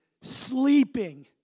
Sleeping